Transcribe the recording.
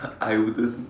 I wouldn't